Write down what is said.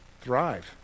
Thrive